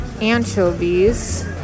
anchovies